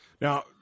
Now